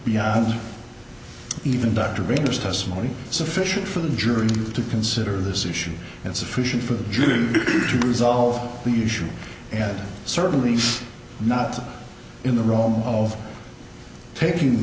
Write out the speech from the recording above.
beyond even dr baker's testimony sufficient for the jury to consider this issue insufficient for the jews to resolve the issue and certainly not in the realm of taking